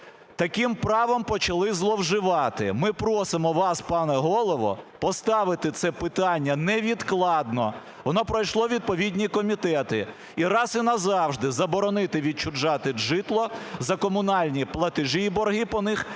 Таким правом почали зловживати. Ми просимо вас, пане Голово, поставити це питання невідкладно. Воно пройшло відповідні комітети. І раз і назавжди заборонити відчужувати житло за комунальні платежі і борги по них,